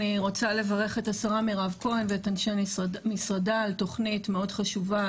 אני רוצה לברך את השרה מירב כהן ואת אנשי משרדה על תוכנית מאוד חשובה,